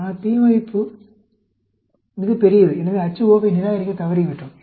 ஆனால் p மதிப்பு மிகப் பெரியது எனவே Ho வை நிராகரிக்கத் தவறிவிட்டோம்